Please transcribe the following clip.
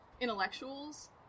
intellectuals